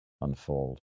unfold